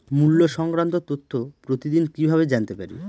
মুল্য সংক্রান্ত তথ্য প্রতিদিন কিভাবে জানতে পারি?